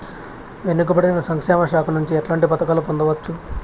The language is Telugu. వెనుక పడిన సంక్షేమ శాఖ నుంచి ఎట్లాంటి పథకాలు పొందవచ్చు?